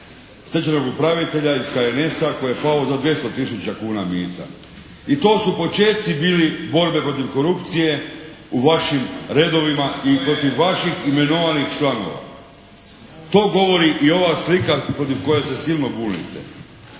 stečajnog upravitelja iz HNS-a koji je pao za 200 tisuća kuna mita. I to su počeci bili borbe protiv korupcije u vašim redovima i protiv vaših imenovanih članova. To govori i ova slika protiv koje se silno bunite.